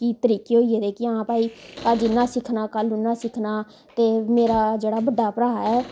की तरीके होई गेदे कि आं भाई अज्ज इयां सिक्खना कल उयां सिक्खना ते मेरा जेह्ड़ा बड्डा भ्रा ऐ